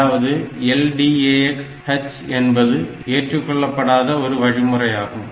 அதாவது LDAX H என்பது ஏற்றுக்கொள்ளப்படாத ஒரு வழிமுறையாகும்